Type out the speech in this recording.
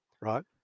Right